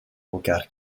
elkaar